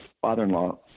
father-in-law